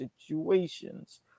situations